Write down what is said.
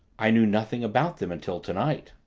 i knew nothing about them until tonight.